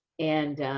and